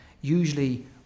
usually